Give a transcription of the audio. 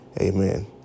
Amen